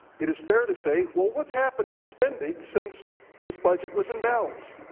it is fair to say, well, what's happened to spending since this budget was in balance?